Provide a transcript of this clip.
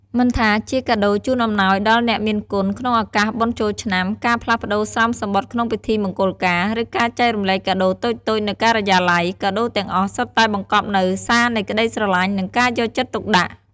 មិនថាជាការជូនអំណោយដល់អ្នកមានគុណក្នុងឱកាសបុណ្យចូលឆ្នាំ ការផ្លាស់ប្ដូរស្រោមសំបុត្រក្នុងពិធីមង្គលការ ឬការចែករំលែកកាដូរតូចៗនៅការិយាល័យ កាដូរទាំងអស់សុទ្ធតែបង្កប់នូវ សារនៃក្ដីស្រឡាញ់ និងការយកចិត្តទុកដាក់។